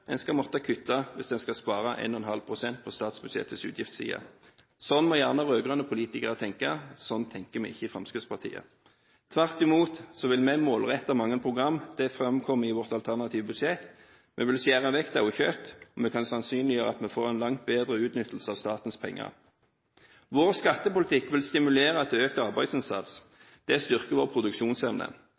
en skal spare 1,5 pst. på statsbudsjettets utgiftsside. Sånn må gjerne rød-grønne politikere tenke, men sånn tenker vi ikke i Fremskrittspartiet. Tvert imot vil vi målrette mange program, det framkommer i vårt alternative budsjett. Vi vil skjære vekk daukjøtt, og vi kan sannsynliggjøre at vi får en langt bedre utnyttelse av statens penger. Vår skattepolitikk vil stimulere til økt arbeidsinnsats. Det styrker vår produksjonsevne.